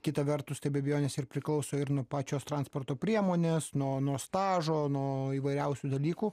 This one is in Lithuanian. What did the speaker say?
kita vertus tai be abejonės ir priklauso ir nuo pačios transporto priemonės nuo nuo stažo nuo įvairiausių dalykų